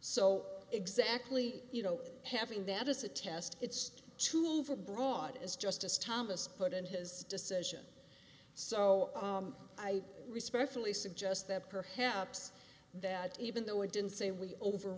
so exactly you know having that as a test it's just too broad as justice thomas put in his decision so i respectfully suggest that perhaps that even though i didn't say we over